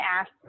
asked